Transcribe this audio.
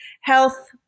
health